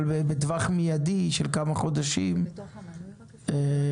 אבל בטווח מיידי של כמה חודשים, רק